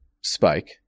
spike